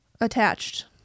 Attached